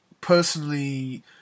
personally